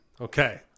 Okay